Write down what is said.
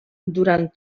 durant